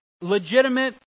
legitimate